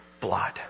blood